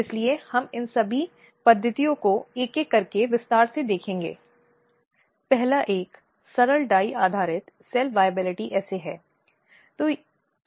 इस संबंध में किसी भी प्रकार की उदारता या चिंतन मनन पूरी तरह से कानूनी अनुमति के बग़ैर है